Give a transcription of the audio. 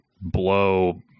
blow